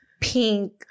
pink